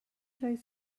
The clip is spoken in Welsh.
does